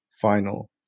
Final